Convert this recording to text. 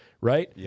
right